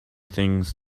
things